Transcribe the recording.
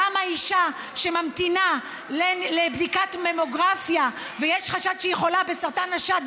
למה אישה שממתינה לבדיקת ממוגרפיה ויש חשד שהיא חולה בסרטן השד,